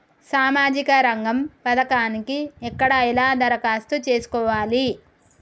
సామాజిక రంగం పథకానికి ఎక్కడ ఎలా దరఖాస్తు చేసుకోవాలి?